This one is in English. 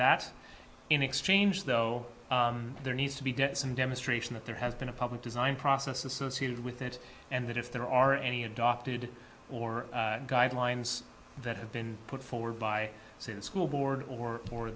that in exchange though there needs to be debt some demonstration that there has been a public design process associated with it and that if there are any adopted or guidelines that have been put forward by say the school board or or